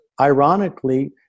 ironically